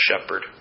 shepherd